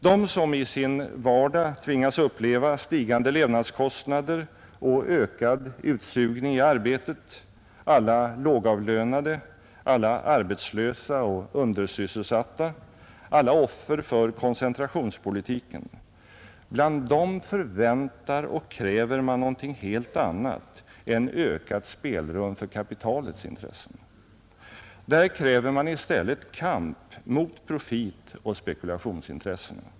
De som i sin vardag tvingas uppleva stigande levnadskostnader och ökad utsugning i arbetet, alla lågavlönade, alla arbetslösa och undersysselsatta, alla offer för koncentrationspolitiken — bland dem förväntar och kräver man något helt annat än ökat spelrum för kapitalets intressen. Där kräver man i stället kamp mot profitoch spekulationsintressena.